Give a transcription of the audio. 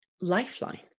lifeline